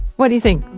what do you think?